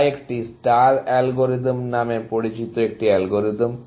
যা একটি star algorithm নামে পরিচিত একটি অ্যালগরিদম